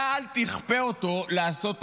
אתה, אל תכפה אותו לעשות עבירה.